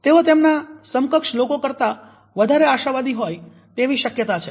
તેઓ તેમના સમકક્ષ લોકો કરતા વધારે આશાવાદી હોય તેવી શક્યતા છે